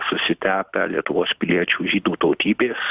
susitepę lietuvos piliečių žydų tautybės